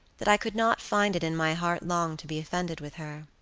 that i could not find it in my heart long to be offended with her.